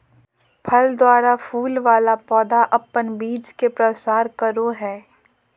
फल द्वारा फूल वाला पौधा अपन बीज के प्रसार करो हय